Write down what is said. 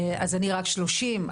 אז אני רק שלושים,